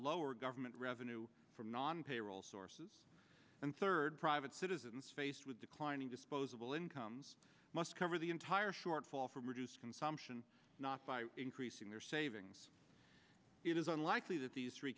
lower government revenue from non payroll sources and third private citizens faced with declining disposable incomes must cover the entire shortfall from reduced consumption not by increasing their savings it is unlikely that these three